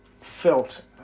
felt